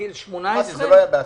לגיל 18. אמרתי, זה לא היה בהסכמה.